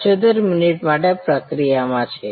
75 minute માટે પ્રક્રિયામાં છે